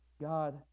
God